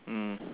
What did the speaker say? mm